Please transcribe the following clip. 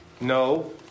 No